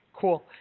Cool